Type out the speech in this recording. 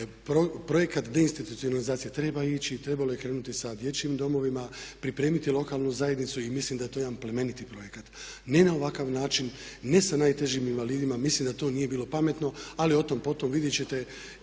Projekat deinstitucionalizacije treba ići, trebalo je krenuti sa dječjim domovima, pripremiti lokalnu zajednicu i mislim da je to jedan plemeniti projekat. Ne na ovakav način, ne sa najtežim invalidima, mislim da to nije bilo pametno. Ali otom potom, vidjeti ćete